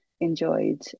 enjoyed